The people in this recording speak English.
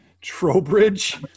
Trowbridge